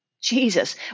Jesus